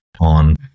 on